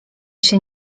się